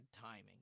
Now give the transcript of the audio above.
timing